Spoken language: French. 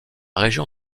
région